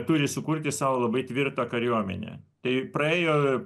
turi sukurti savo labai tvirtą kariuomenę tai praėjo